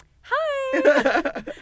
hi